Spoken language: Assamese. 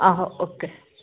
অঁ অ'কে